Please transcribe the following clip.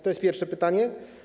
To jest pierwsze pytanie.